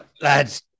lads